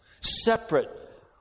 Separate